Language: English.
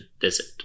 visit